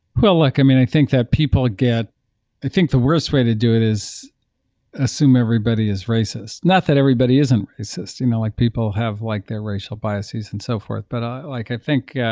well, look. i mean, i think that people get i think the worst way to do it is assume everybody is racist, not that everybody isn't racist. you know like people have like their racial biases and so forth, but i like i think